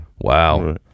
wow